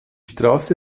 straße